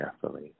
carefully